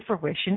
fruition